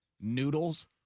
Noodles